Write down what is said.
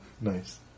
Nice